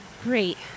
Great